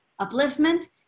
upliftment